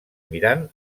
mirant